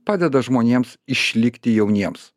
padeda žmonėms išlikti jauniems